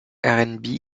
rnb